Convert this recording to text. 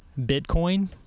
bitcoin